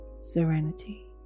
serenity